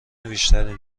بیشتری